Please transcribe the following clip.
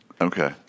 Okay